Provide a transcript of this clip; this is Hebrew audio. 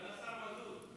סגן השר מזוז,